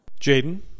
Jaden